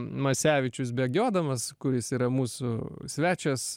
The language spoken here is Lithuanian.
masevičius bėgiodamas kuris yra mūsų svečias